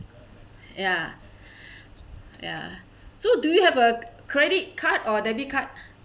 ya ya so do you have a credit card or debit card